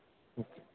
ம்